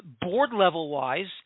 board-level-wise